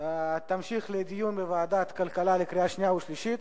החוק תמשיך לדיון בוועדת הכלכלה לקראת לקריאה שנייה ושלישית.